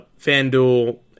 FanDuel